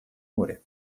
море